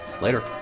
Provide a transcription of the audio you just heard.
Later